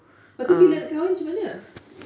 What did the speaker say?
lepas tu bila nak kahwin macam mana